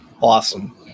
awesome